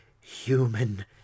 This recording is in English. human